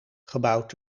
gebouwd